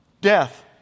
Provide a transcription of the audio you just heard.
death